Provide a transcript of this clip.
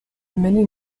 many